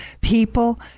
people